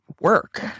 work